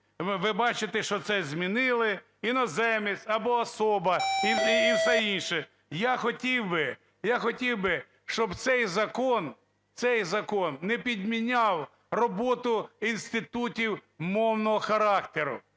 ви бачите, що це змінили, іноземець або особа і все інше. Я хотів би, щоб цей закон, цей закон не підміняв роботу інститутів мовного характеру.